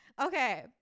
okay